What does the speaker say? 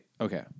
Okay